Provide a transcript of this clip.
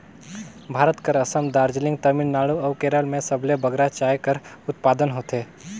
भारत कर असम, दार्जिलिंग, तमिलनाडु अउ केरल में सबले बगरा चाय कर उत्पादन होथे